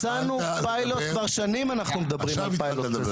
הצענו פיילוט כבר שנים אנחנו מדברים על פיילוט.